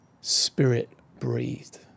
spirit-breathed